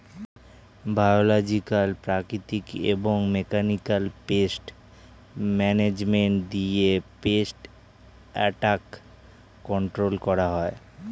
biological, প্রাকৃতিক এবং mechanical pest management দিয়ে পেস্ট অ্যাটাক কন্ট্রোল করা হয়